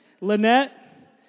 Lynette